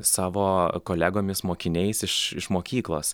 savo kolegomis mokiniais iš mokyklos